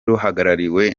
ruhagarariwe